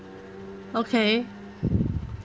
okay